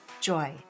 joy